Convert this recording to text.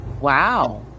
Wow